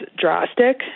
drastic